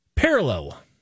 Parallel